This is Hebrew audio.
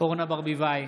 אורנה ברביבאי,